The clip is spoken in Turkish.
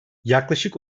yaklaşık